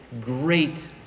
great